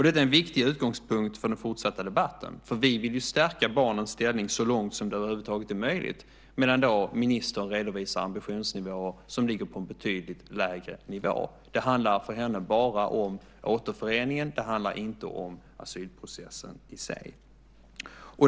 Det är en viktig utgångspunkt för den fortsatta debatten. Vi vill ju stärka barnens ställning så långt som det över huvud taget är möjligt, medan ministern redovisar en ambitionsnivå som ligger på en betydligt lägre nivå. Det handlar för henne bara om återföreningen, inte om asylprocessen i sig.